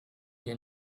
you